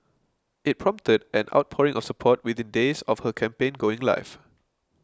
it prompted an outpouring of support within days of her campaign going live